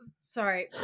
sorry